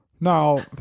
Now